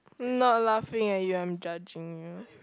not laughing at you I'm judging you